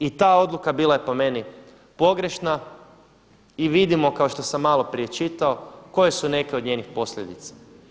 I ta odluka bila je po meni pogrešna i vidim kao što sam malo prije čitao koje su neke od njenih posljedica.